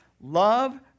Love